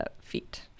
feet